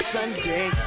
Sunday